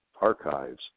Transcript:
archives